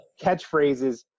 catchphrases